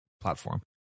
platform